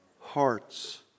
hearts